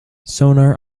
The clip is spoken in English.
sonar